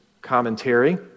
commentary